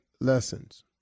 lessons